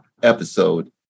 Episode